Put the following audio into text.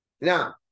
Now